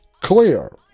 Clear